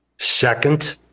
Second